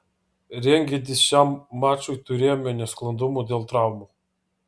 rengiantis šiam mačui turėjome nesklandumų dėl traumų